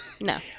No